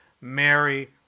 Mary